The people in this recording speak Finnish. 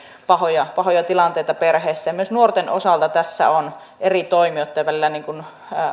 pahoja pahoja tilanteita perheessä myös nuorten osalta tässä on ongelmia eri toimijoitten välillä niin kuin